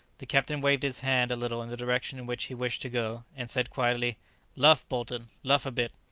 the captain waved his hand a little in the direction in which he wished to go, and said quietly luff, bolton, luff a bit!